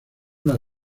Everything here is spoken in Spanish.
los